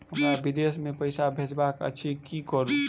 हमरा विदेश मे पैसा भेजबाक अछि की करू?